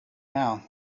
now